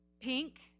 pink